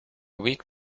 week